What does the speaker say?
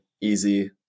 easy